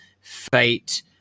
Fate